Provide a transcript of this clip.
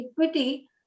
equity